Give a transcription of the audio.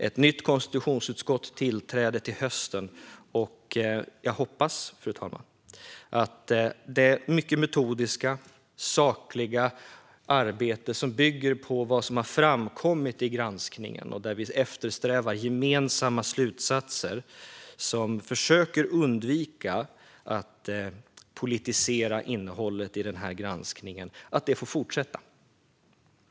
Ett nytt konstitutionsutskott tillträder till hösten. Jag hoppas, fru talman, att detta mycket metodiska och sakliga arbete, som bygger på vad som har framkommit i granskningen, där vi eftersträvar gemensamma slutsatser och försöker att undvika att politisera innehållet i granskningen, får fortsätta.